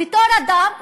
בתור אדם,